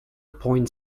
point